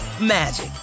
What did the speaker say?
magic